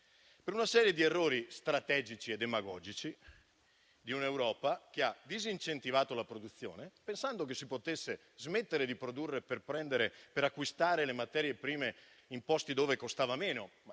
Per una serie di errori strategici e demagogici di un'Europa che ha disincentivato la produzione, pensando che si potesse smettere di produrre per acquistare le materie prime in posti dove costava meno,